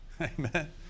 Amen